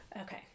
Okay